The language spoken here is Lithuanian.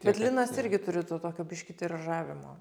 bet linas irgi turi to tokio biškį tiražavimo